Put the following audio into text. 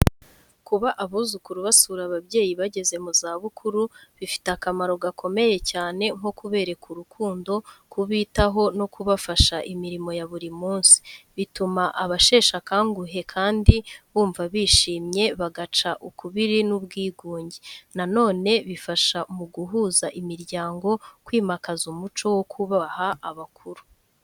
Kuba abuzukuru basura ababyeyi bageze mu zabukuru bifite akamaro gakomeye cyane nko kubereka urukundo, kubitaho no kubafasha imirimo ya buri munsi. Bituma abasheshe akanguhe kandi bumva bishimye, bagaca ukubiri n’ubwigunge. Na none bifasha mu guhuza imiryango, kwimakaza umuco wo kubaha abakuru.